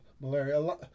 malaria